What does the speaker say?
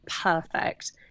perfect